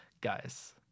guys